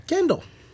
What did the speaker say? Kendall